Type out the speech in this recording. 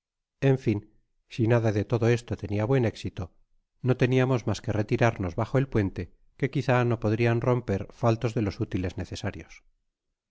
en fin si nada de todo esto tenia buen éxito no teniamos mas que retirarnos bajo el puente que quizá no podrian romper faltos de los útiles necesarios